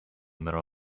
middle